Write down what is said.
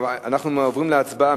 אנחנו עוברים להצבעה.